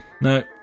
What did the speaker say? No